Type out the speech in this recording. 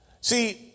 See